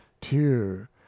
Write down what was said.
tear